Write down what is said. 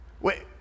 Wait